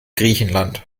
griechenland